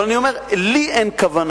אבל אני אומר: לי אין כוונה,